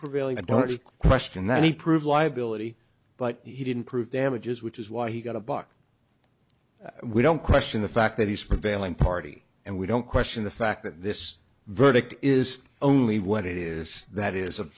prevailing i don't question that he proved liability but he didn't prove damages which is why he got a buck we don't question the fact that he's prevailing party and we don't question the fact that this verdict is only what it is that is